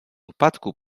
upadku